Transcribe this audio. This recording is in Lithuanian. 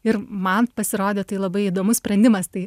ir man pasirodė tai labai įdomus sprendimas tai